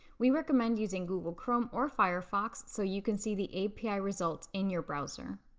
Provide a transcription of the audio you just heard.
we recommend using google chrome or firefox so you can see the api results in your browser.